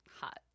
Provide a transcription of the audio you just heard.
hot